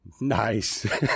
Nice